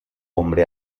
hombre